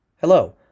Hello